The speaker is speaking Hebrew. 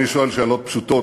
אני שואל שאלות פשוטות,